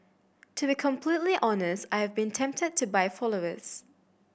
to be completely honest I have been tempted to buy followers